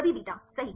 सभी बीटा सही